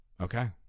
Okay